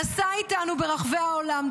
נסע איתנו ברחבי העולם,